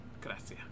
Gracias